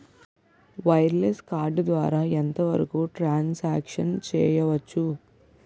Wireless card ద్వారా ఎంత వరకు ట్రాన్ సాంక్షన్ చేయవచ్చు?